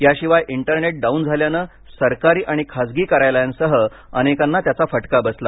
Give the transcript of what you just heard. याशिवाय internet down झाल्यानं सरकारी आणि खासगी कार्यालयांसह अनेकांना त्याचा फटका बसला